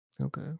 Okay